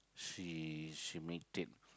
she she made it